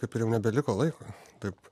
kaip ir jau nebeliko laiko taip